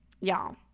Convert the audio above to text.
y'all